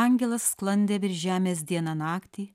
angelas sklandė virš žemės dieną naktį